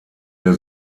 der